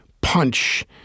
punch